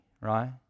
right